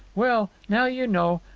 well, now you know.